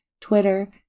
Twitter